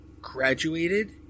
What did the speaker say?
graduated